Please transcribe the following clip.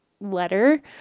letter